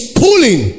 pulling